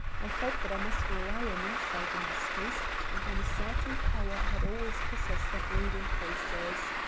i felt that i must rely on insight in this case and on a certain power i had always possessed of reading faces.